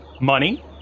money